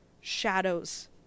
shadows